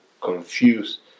confused